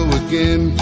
again